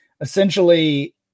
essentially